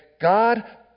God